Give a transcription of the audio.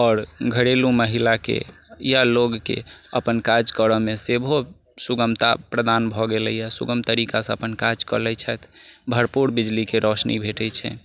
आओर घरेलू महिलाके या लोगकेँ अपन काज करऽमे सेहो सुगमता प्रदान भऽ गेलैया सुगम तरीकासँ अपन काज कऽ लै छथि भरपूर बिजलीके रौशनी भेटैत छै